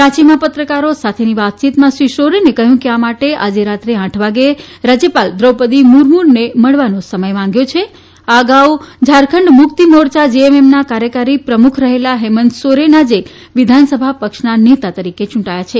રાંચીમાં પત્રકારો સાથેની વાતયીતમાં શ્રી સોરેને કહ્યું કે આ માટે આજે રાત્રે આઠ વાગે રાજયપાલ વ્રોપદી મુર્મને મળવા સમય માંગ્યો છે આ અગાઉ ઝારખંડ મુક્તિ મોરયા જેએમએમના કાર્યકારી પ્રમુખ રહેલા હેમંત સોરેન આજે વિધાનસભા પક્ષના નેતા તરીકે ચૂંટાયા છે